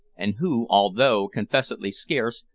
and who, although confessedly scarce,